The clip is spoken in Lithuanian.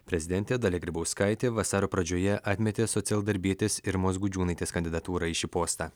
prezidentė dalia grybauskaitė vasario pradžioje atmetė socialdarbietės irmos gudžiūnaitės kandidatūrą į šį postą